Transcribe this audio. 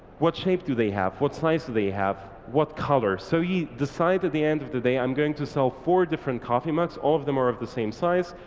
what shape do they have? what size do they have? what color? so you decide at the end of the day i'm going to sell four different coffee mugs, all of them are of the same size,